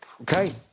Okay